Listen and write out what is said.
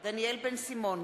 דניאל בן-סימון,